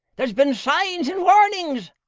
there's been signs an' warnings.